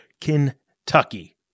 Kentucky